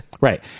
right